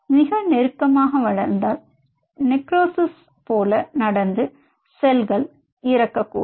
மிக நெருக்கமாக வளர்ந்தால் நெக்ரோஸிஸ் நடந்து செல்கள் இறக்ககூடும்